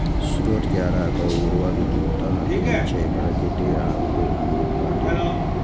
स्रोत के आधार पर उर्वरक दू तरहक होइ छै, प्राकृतिक आ उद्योग मे उत्पादित